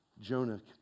Jonah